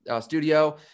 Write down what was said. studio